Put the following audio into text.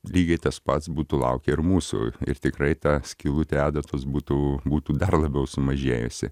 lygiai tas pats būtų laukę ir mūsų ir tikrai ta skylutė adatos būtų būtų dar labiau sumažėjusi